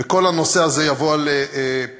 וכל הנושא הזה יבוא על פתרונו.